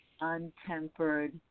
untempered